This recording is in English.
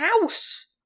house